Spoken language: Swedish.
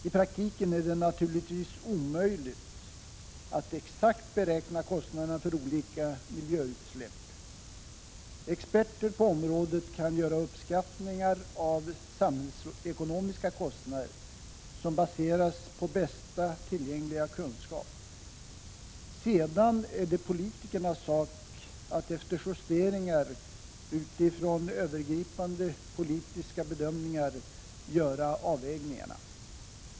I praktiken är det naturligtvis omöjligt att exakt beräkna kostnaden för olika miljöutsläpp. Experter på området kan göra uppskattningar av samhällsekonomiska kostnader, som baseras på bästa tillgängliga kunskap. Sedan är det politikernas sak att efter justeringar utifrån övergripande politiska bedömningar göra avvägningarna.